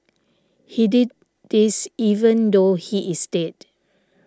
he did this even though he is dead